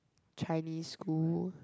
Chinese school